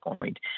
point